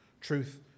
truth